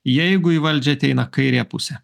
jeigu į valdžią ateina kairė pusė